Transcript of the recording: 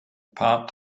paar